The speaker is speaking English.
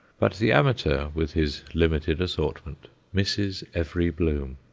but the amateur, with his limited assortment, misses every bloom.